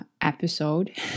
episode